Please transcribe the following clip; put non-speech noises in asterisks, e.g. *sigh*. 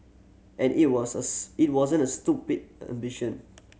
and it was a *unintelligible* it wasn't a stupid ambition